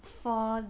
for